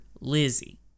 Lizzie